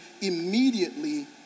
immediately